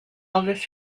elvis